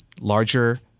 larger